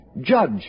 judge